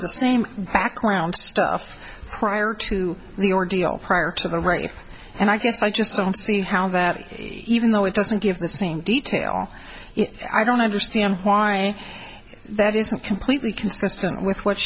the same background stuff prior to the ordeal prior to the writing and i guess i just don't see how that even though it doesn't give the same detail i don't understand why that isn't completely consistent with what